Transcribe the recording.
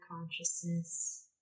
consciousness